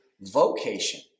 vocation